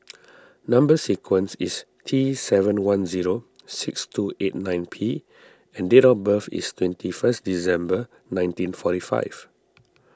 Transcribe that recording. Number Sequence is T seven one zero six two eight nine P and date of birth is twenty first December nineteen forty five